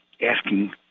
asking